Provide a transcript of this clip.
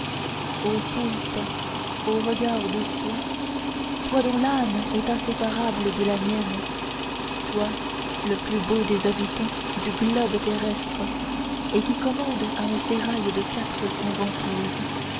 o poulpe au regard de soie toi dont l'âme est inséparable de la mienne toi le plus beau des habitants du globe terrestre et qui commandes à un sérail de quatre cents ventouses